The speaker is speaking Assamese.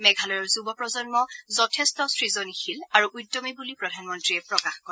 মেঘালয়ৰ যুৱ প্ৰজন্ম যথেষ্ট সূজনশীল আৰু উদ্যমী বুলি প্ৰধানমন্ত্ৰীয়ে প্ৰকাশ কৰে